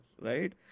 right